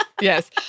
yes